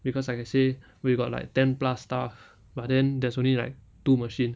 because like I say we got like ten plus staff but then there's only like two machine